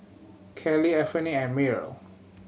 Kallie Anfernee and Myrl